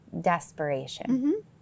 desperation